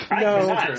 No